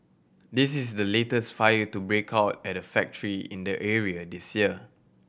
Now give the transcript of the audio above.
this is the latest fire to break out at a factory in the area this year